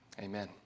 Amen